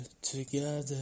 together